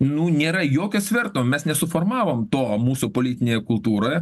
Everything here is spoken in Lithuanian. nu nėra jokio sverto mes nesuformavom to mūsų politinėje kultūroje